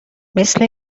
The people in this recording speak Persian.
مثل